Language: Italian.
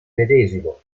medesimo